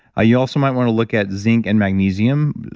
ah you also might want to look at zinc and magnesium.